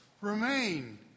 Remain